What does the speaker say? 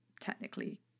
technically